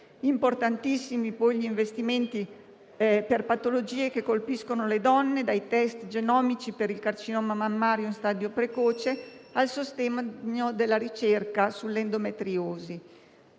Importantissimi sono poi gli investimenti per patologie che colpiscono le donne, che vanno dai test genomici per il carcinoma mammario in stadio precoce al sostegno della ricerca sull'endometriosi.